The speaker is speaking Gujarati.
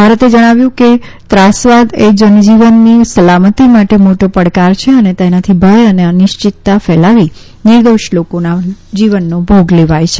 ભારતે જણાવ્યું કે ત્રાસવાદ એ જનજીવનની સલામતી માટે મોટો પડકાર છે અને તેનાથી ભય અને અનિશ્ચિતતા ફેલાવી નિર્દોષ લોકોના જીવનનો ભોગ લેવાય છે